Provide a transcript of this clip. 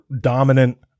dominant